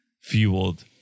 fueled